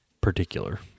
particular